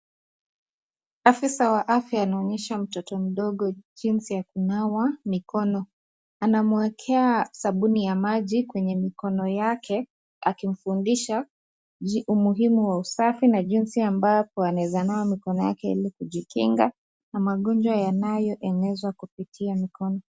Afisa wa afya anafundisha mtoto mdogo jinsi ya kunawa mikono. Anamuekea sabuni ya maji kwenye mikono yake akimfundisha umuhimu wa usafi na jinsi ambapo anaweza nawa mikono yake ili kujikinga ,na magonjwa ya nayoenezwa kupitia mikono .